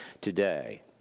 today